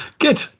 Good